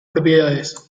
propiedades